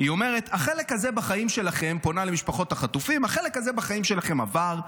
היא פונה למשפחות החטופים ואומרת: החלק הזה בחיים שלכם עבר,